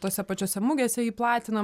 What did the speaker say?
tose pačiose mugėse jį platinam